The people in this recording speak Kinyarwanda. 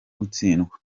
gutsindwa